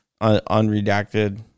unredacted